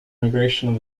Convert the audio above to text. migration